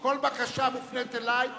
כל בקשה מופנית אלי.